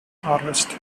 harvest